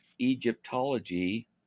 Egyptology